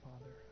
Father